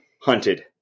Hunted